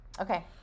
Okay